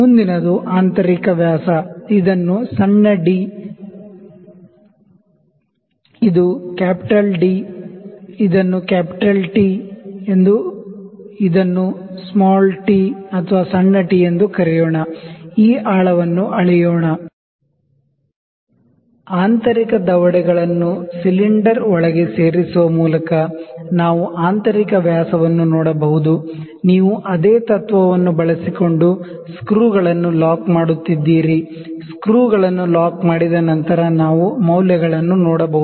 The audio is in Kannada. ಮುಂದಿನದು ಆಂತರಿಕ ವ್ಯಾಸ ಇದು ಸಣ್ಣ ಡಿ ಇದು ಕ್ಯಾಪಿಟಲ್ ಡಿ ಇದನ್ನು ಕ್ಯಾಪಿಟಲ್ ಟಿ ಎಂದು ಕರೆಯೋಣ ಇದನ್ನು ಸಣ್ಣ ಟಿ ಎಂದು ಕರೆಯೋಣ ಈ ಆಳವನ್ನು ಅಳೆಯೋಣ ಆಂತರಿಕ ದವಡೆಗಳನ್ನು ಸಿಲಿಂಡರ್ ಒಳಗೆ ಸೇರಿಸುವ ಮೂಲಕ ನಾವು ಆಂತರಿಕ ವ್ಯಾಸವನ್ನು ನೋಡಬಹುದು ನೀವು ಅದೇ ತತ್ವವನ್ನು ಬಳಸಿಕೊಂಡು ಸ್ಕ್ರೂಗಳನ್ನು ಲಾಕ್ ಮಾಡುತ್ತಿದ್ದೀರಿ ಸ್ಕ್ರೂಗಳನ್ನು ಲಾಕ್ ಮಾಡಿದ ನಂತರ ನಾವು ಮೌಲ್ಯಗಳನ್ನು ನೋಡಬಹುದು